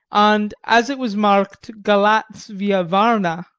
and as it was marked galatz via varna,